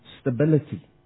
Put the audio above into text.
stability